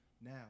Now